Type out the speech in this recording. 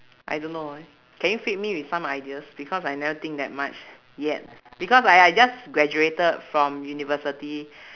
I don't know eh can you feed me with some ideas because I never think that much yet because I I just graduated from university